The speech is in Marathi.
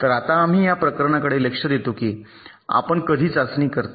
तर आता आम्ही या प्रकरणाकडे लक्ष देतो की आपण कधी चाचणी करता